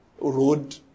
road